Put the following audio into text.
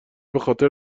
بخاطر